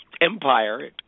empire